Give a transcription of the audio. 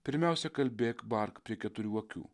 pirmiausia kalbėk bark prie keturių akių